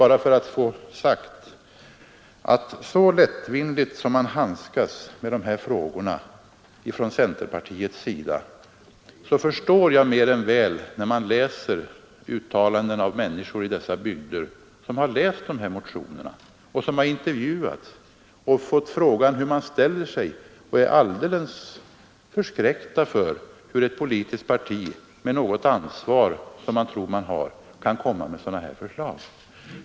Jag har bara velat få sagt att när man handskas med de här frågorna så lättvindigt från centerpartiets sida förstår jag mer än väl de människor i dessa bygder som när de läst motionerna och intervjuuttalanden, när de fått frågan hur de ställer sig, förklarat att de blivit alldeles förskräckta över hur ett politiskt parti med något ansvar — som man tror att alla partier har — kan komma med sådana här förslag.